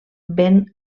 ben